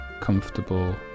comfortable